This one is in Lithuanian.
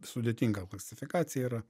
sudėtinga klasifikacija yra